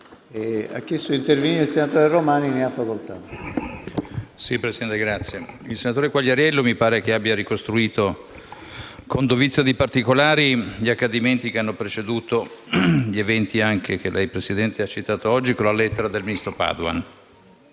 il senatore Quagliariello abbia ricostruito con dovizia di particolari gli accadimenti che hanno preceduto gli eventi che anche lei ha citato oggi, leggendo la lettera del ministro Padoan.